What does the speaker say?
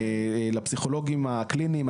לפסיכולוגים הקליניים,